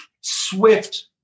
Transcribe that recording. swift